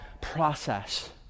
process